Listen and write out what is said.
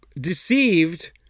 deceived